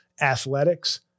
athletics